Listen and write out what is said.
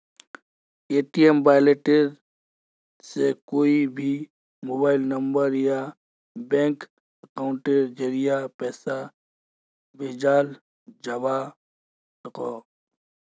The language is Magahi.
पेटीऍम वॉलेट से कोए भी मोबाइल नंबर या बैंक अकाउंटेर ज़रिया पैसा भेजाल जवा सकोह